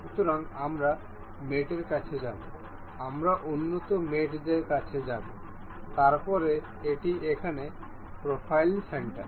সুতরাং আমরা মেটর কাছে যাব আমরা উন্নত মেটদের কাছে যাব তারপরে এটি এখানে প্রোফাইল সেন্টার